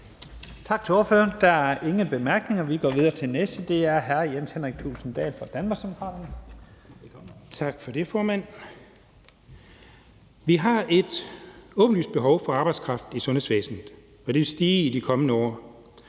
Vi har et åbenlyst behov for arbejdskraft i sundhedsvæsenet, og det vil stige i de kommende år.